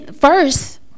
first